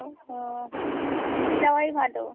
ও হুম হেঁটে যাওয়াই ভালো